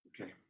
Okay